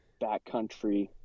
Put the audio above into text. backcountry